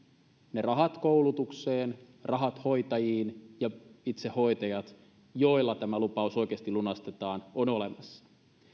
ne rahat koulutukseen rahat hoitajiin ja itse hoitajat joilla tämä lupaus oikeasti lunastetaan ovat olemassa